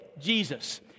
Jesus